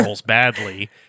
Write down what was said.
badly